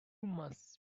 must